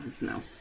no